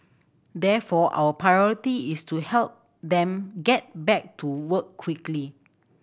therefore our priority is to help them get back to work quickly